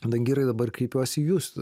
dangirai dabar kreipiuosi į jus